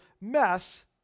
mess